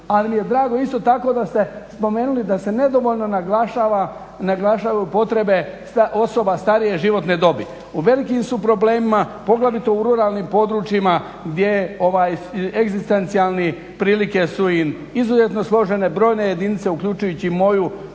Ali mi je drago isto tako da ste spomenuli da se nedovoljno naglašavaju potrebe osoba starije životne dobi. U velikim su problemima, poglavito u ruralnim područjima gdje egzistencijalne prilike su im izuzetno složene. Brojne jedinice uključujući i moju